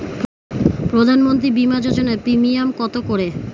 প্রধানমন্ত্রী বিমা যোজনা প্রিমিয়াম কত করে?